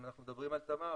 אם אנחנו מדברים על תמר,